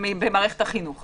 במערכת החינוך.